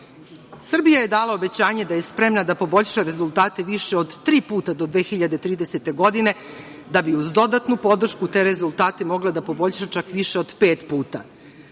godinu. Srbija je dala obećanje da je spremna da poboljša rezultate više od tri puta do 2030. godine da bi uz dodatnu podršku te rezultate mogla da poboljša čak više od pet puta.